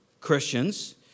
Christians